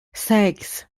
sechs